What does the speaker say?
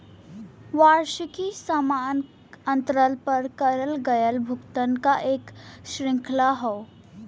वार्षिकी समान अंतराल पर करल गयल भुगतान क एक श्रृंखला हौ